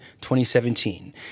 2017